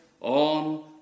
on